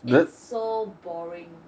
it's so boring